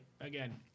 again